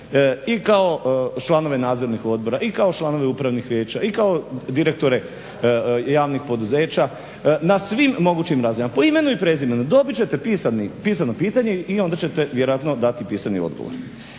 i kao članove nadzornih odbora, i kao članove upravnih vijeća, i kao direktore javnih poduzeća, na svim mogućim razinama, po imenu i prezimenu. Dobit ćete pisano pitanje i onda ćete vjerojatno dati pisani odgovor.